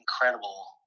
incredible